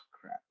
crap